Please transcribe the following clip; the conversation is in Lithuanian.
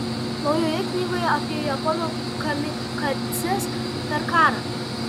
naujoje knygoje apie japonų kamikadzes per karą